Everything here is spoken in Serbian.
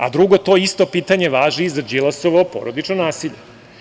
A, drugo, to isto pitanje važi i za Đilasovo porodično nasilje.